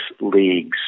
leagues